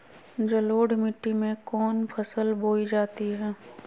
जलोढ़ मिट्टी में कौन फसल बोई जाती हैं?